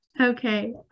okay